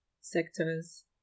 sectors